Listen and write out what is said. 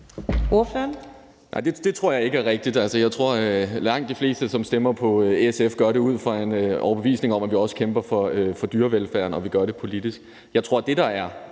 det tror jeg ikke er rigtigt. Jeg tror, at langt de fleste, som stemmer på SF, gør det ud fra en overbevisning om, at vi også kæmper for dyrevelfærden, og at vi gør det politisk. Jeg tror, at det, der er